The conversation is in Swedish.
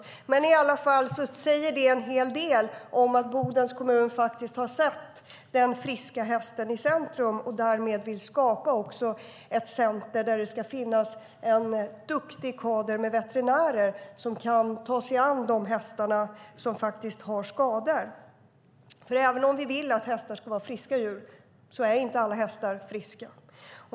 Detta säger i alla fall en hel del om att Bodens kommun har satt den friska hästen i centrum och därmed också vill skapa ett centrum där det ska finnas en duktig kader med veterinärer som kan ta sig an de hästar som har skador. Även om vi vill att hästar ska vara friska djur så är inte alla hästar friska.